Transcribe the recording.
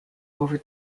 over